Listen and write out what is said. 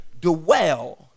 dwell